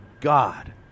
God